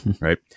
right